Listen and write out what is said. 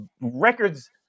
records